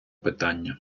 питання